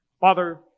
Father